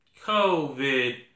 COVID